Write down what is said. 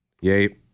Yay